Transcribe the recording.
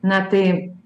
na tai